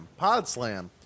PodSlam